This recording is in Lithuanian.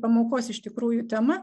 pamokos iš tikrųjų tema